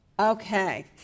Okay